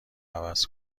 عوض